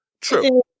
True